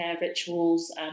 rituals